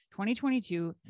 2022